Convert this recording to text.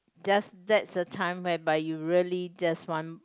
just that's the time whereby you really just want